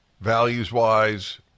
values-wise